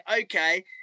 okay